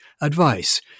advice